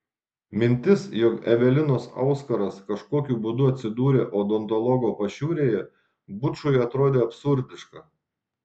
mintis jog evelinos auskaras kažkokiu būdu atsidūrė odontologo pašiūrėje bučui atrodė absurdiška